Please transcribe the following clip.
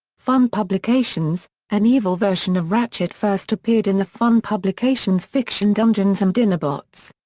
fun publications an evil version of ratchet first appeared in the fun publications fiction dungeons and dinobots.